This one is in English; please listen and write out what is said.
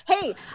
Hey